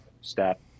step